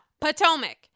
Potomac